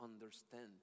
understand